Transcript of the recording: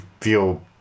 feel